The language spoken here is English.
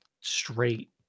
straight